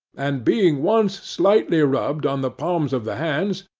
and being once slightly rubbed on the palms of the hands,